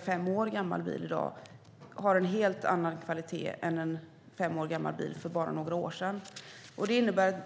fem år gammal bil i dag har en helt annan kvalitet än en fem år gammal bil för bara några år sedan.